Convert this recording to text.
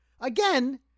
Again